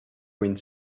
wind